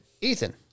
Ethan